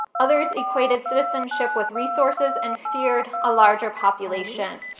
others equated citizenship with resources and feared a larger population.